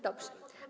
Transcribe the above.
Dobrze.